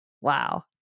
Wow